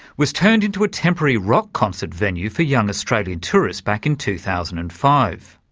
was turned into a temporary rock concert venue for young australian tourists back in two thousand and five.